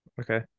okay